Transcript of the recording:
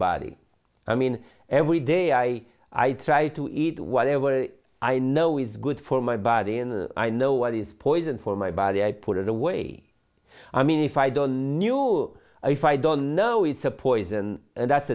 body i mean every day i i try to eat whatever i know is good for my body and i know what is poison for my body i put it away i mean if i don't know if i don't know it's a poison and that's